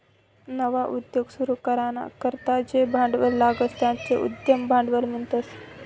नवा उद्योग सुरू कराना करता जे भांडवल लागस त्याले उद्यम भांडवल म्हणतस